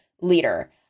leader